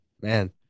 Man